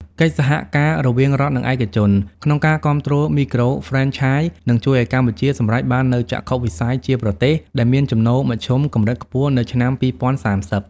កិច្ចសហការរវាង "រដ្ឋ និងឯកជន" ក្នុងការគាំទ្រមីក្រូហ្វ្រេនឆាយ នឹងជួយឱ្យកម្ពុជាសម្រេចបាននូវចក្ខុវិស័យជាប្រទេសដែលមានចំណូលមធ្យមកម្រិតខ្ពស់នៅឆ្នាំ ២០៣០។